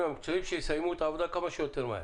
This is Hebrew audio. המקצועיים שיסיימו את העבודה כמה שיותר מהר.